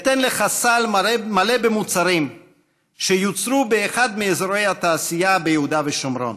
אתן לך סל מלא במוצרים שיוצרו באחד מאזורי התעשייה ביהודה ושומרון